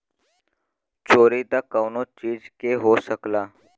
चोरी त कउनो चीज के हो सकला